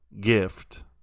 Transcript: gift